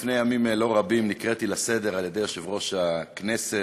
לפני ימים לא רבים נקראתי לסדר על-ידי יושב-ראש הכנסת,